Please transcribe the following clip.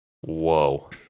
Whoa